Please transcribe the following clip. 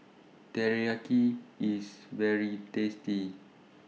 Teriyaki IS very tasty